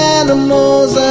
animals